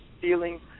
feeling